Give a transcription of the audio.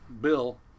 Bill